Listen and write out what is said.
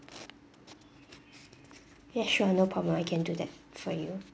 yeah sure no problem I can do that for you